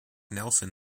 nelson